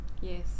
yes